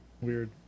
weird